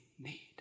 need